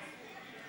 אני טעיתי.